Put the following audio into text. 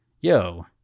yo